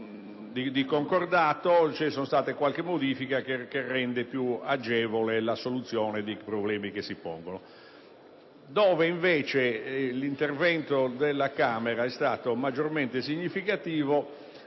di concordato, c'è stata una modifica che rende più agevole la soluzione dei problemi che si pongono. L'intervento della Camera è stato invece maggiormente significativo